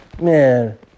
Man